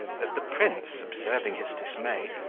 that the prince, observing his dismay,